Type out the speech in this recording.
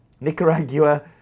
Nicaragua